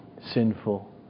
sinful